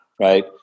right